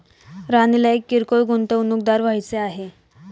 राणीला एक किरकोळ गुंतवणूकदार व्हायचे आहे